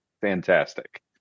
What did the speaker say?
fantastic